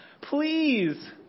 Please